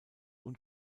und